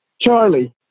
Charlie